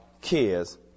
kids